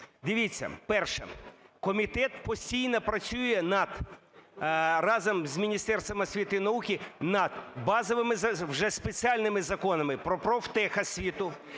Дивіться, перше. Комітет постійно працює над… разом з Міністерством освіти і науки над базовими вже спеціальними законами про профтехосвіту,